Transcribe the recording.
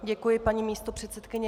Děkuji, paní místopředsedkyně.